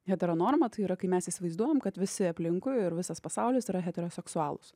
hetero norma tai yra kai mes įsivaizduojam kad visi aplinkui ir visas pasaulis yra heteroseksualūs